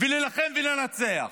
ולהילחם ולנצח,